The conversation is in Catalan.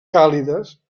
càlides